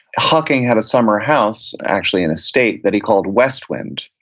hocking had a summer house, actually an estate, that he called west wind,